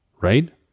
Right